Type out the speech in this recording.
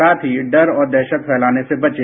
साथ ही डर और दहशत फैलाने से बचें